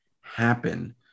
happen